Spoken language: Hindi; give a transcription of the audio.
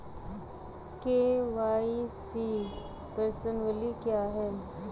के.वाई.सी प्रश्नावली क्या है?